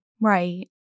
Right